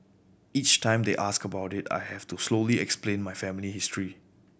each time they ask about it I have to slowly explain my family history